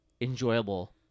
enjoyable